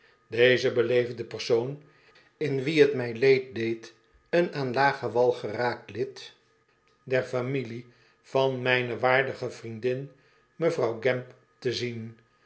deze beleefde persoon in wie t mij leed deed een aan lagerwal geraakt lid der familie van mijne waardige vriendin mevrouw g amp te zien